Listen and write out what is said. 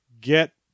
get